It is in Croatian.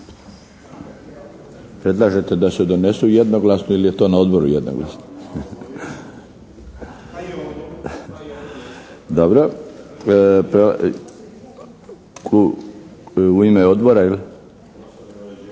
Predlažete da se donesu jednoglasno ili je to na Odboru jednoglasno? … /Upadica se